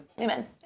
Amen